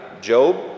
Job